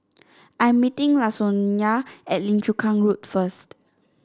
I am meeting Lasonya at Lim Chu Kang Road first